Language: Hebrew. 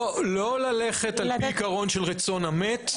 לא ללכת על פי עיקרון של רצון המת,